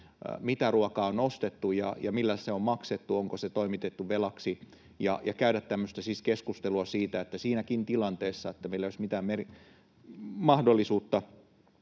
mitä ruokaa on ostettu ja millä se on maksettu, onko se toimitettu velaksi — käydä siis tämmöistä keskustelua siitä, että siinäkin tilanteessa, että meillä ei olisi mitään mahdollisuutta